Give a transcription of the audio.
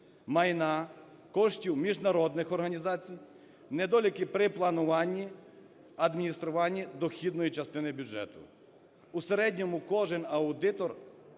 майна, коштів міжнародних організацій, недоліки при плануванні, адмініструванні дохідної частини бюджету. У середньому кожний аудитор